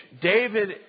David